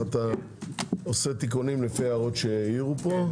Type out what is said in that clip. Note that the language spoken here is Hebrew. אתה עושה תיקונים לפי ההערות שהעירו פה.